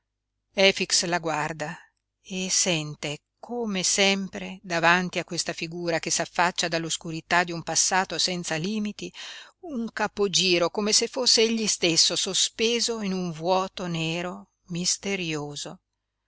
amara efix la guarda e sente come sempre davanti a questa figura che s'affaccia dall'oscurità di un passato senza limiti un capogiro come se fosse egli stesso sospeso in un vuoto nero misterioso